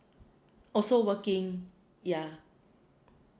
also working yeah